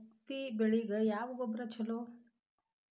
ಹತ್ತಿ ಬೆಳಿಗ ಯಾವ ಗೊಬ್ಬರ ಛಲೋ?